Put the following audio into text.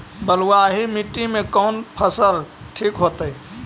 बलुआही मिट्टी में कौन फसल ठिक होतइ?